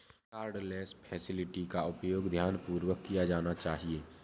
cardless facility का उपयोग ध्यानपूर्वक किया जाना चाहिए